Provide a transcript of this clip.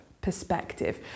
perspective